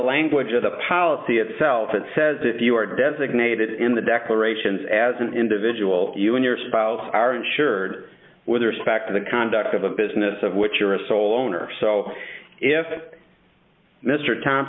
language of the policy itself it says if you are designated in the declarations as an individual you and your spouse are insured with respect to the conduct of a business of which you're a sole owner so if mr thom